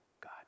God